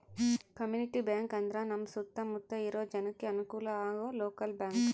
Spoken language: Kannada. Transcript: ಕಮ್ಯುನಿಟಿ ಬ್ಯಾಂಕ್ ಅಂದ್ರ ನಮ್ ಸುತ್ತ ಮುತ್ತ ಇರೋ ಜನಕ್ಕೆ ಅನುಕಲ ಆಗೋ ಲೋಕಲ್ ಬ್ಯಾಂಕ್